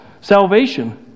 salvation